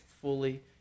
fully